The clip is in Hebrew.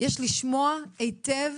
לשמוע היטב